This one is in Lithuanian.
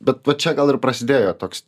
bet va čia gal ir prasidėjo toks